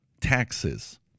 taxes